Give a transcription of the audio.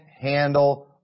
handle